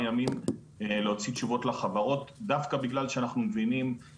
דווקא בגלל שאנחנו מבינים כמה זה חשוב ליזמים לקבל תשובות מהירות.